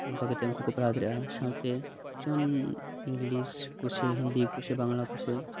ᱚᱱᱠᱟ ᱠᱟᱛᱮᱫ ᱩᱱᱠᱩ ᱠᱚ ᱯᱟᱲᱦᱟᱣ ᱫᱟᱲᱮᱭᱟᱜᱼᱟ ᱥᱟᱶᱛᱮ ᱡᱮᱢᱚᱱ ᱤᱝᱞᱤᱥ ᱠᱚᱜᱮ ᱦᱤᱱᱫᱤ ᱠᱚᱜᱮ ᱵᱟᱝᱞᱟ ᱠᱚᱥᱮ